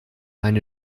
eine